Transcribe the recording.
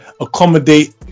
Accommodate